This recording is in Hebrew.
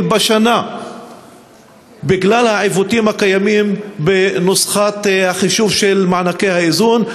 בשנה בגלל העיוותים הקיימים בנוסחת החישוב של מענקי האיזון.